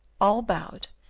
all bowed,